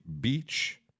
beach